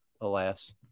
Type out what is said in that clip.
alas –